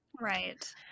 Right